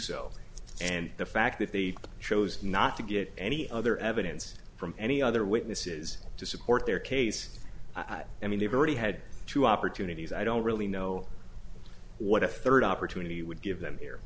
so and the fact that they chose not to get any other evidence from any other witnesses to support their case i mean they've already had two opportunities i don't really know what a third opportunity would give them here